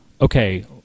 okay